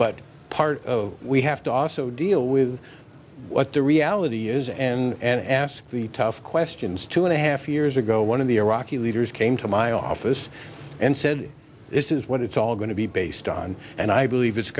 but part of we have to also deal with what the reality is and ask the tough questions two and a half years ago one of the iraqi leaders came to my office and said this is what it's all going to be based on and i believe it's